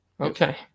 okay